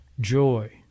joy